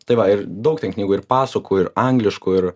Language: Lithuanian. tai va ir daug ten knygų ir pasakų ir angliškų ir